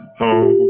home